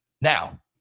Now